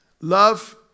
love